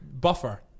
Buffer